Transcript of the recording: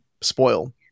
spoil